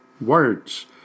words